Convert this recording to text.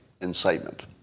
incitement